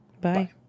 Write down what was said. Bye